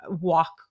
walk